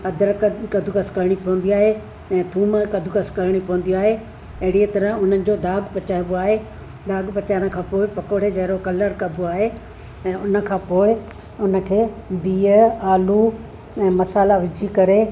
अदरक कदुकस करणी पवंदी आहे ऐं थूम कदुकस करणियूं पवंदी आहे एड़ीअ तरह हुननि जो दाग पचाइबो आहे दाग पचाइण खां पोइ पकोड़े जंहिंड़ो कलरु कॿो आहे ऐं उनखां पोइ उनखे बिहु आलू ऐं मसाला विझी करे